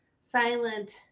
silent